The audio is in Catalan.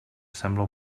sembla